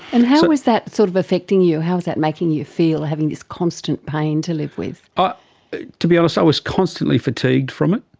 and how was that sort of affecting you, how was that making you feel, having this constant pain to live with? ah to be honest, i was constantly fatigued from it,